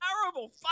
Terrible